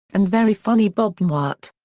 and very funny bob newhart.